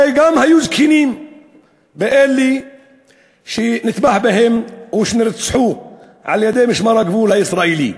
הרי היו גם זקנים באלו שנטבח בהם או שנרצחו על-ידי משמר הגבול הישראלי.